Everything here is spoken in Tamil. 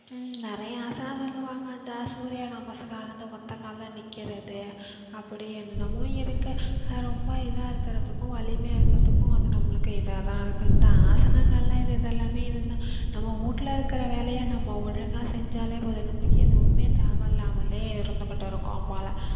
நிறைய ஆசனம் சொல்லுவாங்க இந்த சூரிய நமஸ்காரம் இந்த ஒற்ற கால்ல நிற்கிறது அப்படி என்னென்னமோ இருக்குது அது ரொம்ப இதாக இருக்கிறதுக்கும் வலிமையாக இருக்கிறதுக்கும் அது நம்மளுக்கு இதாக தான் இருக்குந்தான் இந்த ஆசனங்கள் இது இதெல்லாமே இதுதான் நம்ம வீட்ல இருக்கிற வேலையே நம்ம ஒழுங்காக செஞ்சாலே போதும் நம்மளுக்கு எதுவுமே தேவை இல்லாமலே இருந்துகிட்டு இருக்கும் போல்